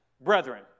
brethren